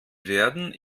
werden